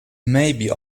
maybe